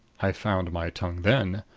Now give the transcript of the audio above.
i found my tongue then.